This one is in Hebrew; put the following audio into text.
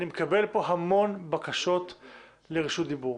אני מקבל פה המון בקשות לרשות דיבור,